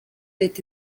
leta